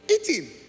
eating